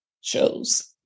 shows